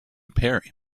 parry